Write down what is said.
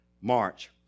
march